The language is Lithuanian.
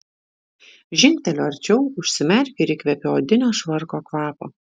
žingteliu arčiau užsimerkiu ir įkvepiu odinio švarko kvapo